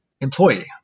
employee